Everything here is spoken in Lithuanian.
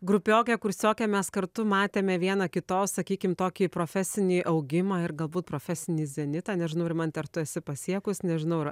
grupiokė kursiokė mes kartu matėme viena kitos sakykim tokį profesinį augimą ir galbūt profesinį zenitą nežinau rimante ar tu esi pasiekus nežinau ar